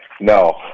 No